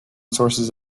sources